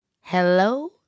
Hello